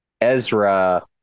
Ezra